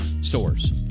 stores